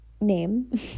name